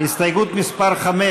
הסתייגות מס' 5,